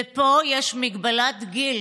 ופה יש מגבלת גיל,